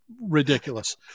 ridiculous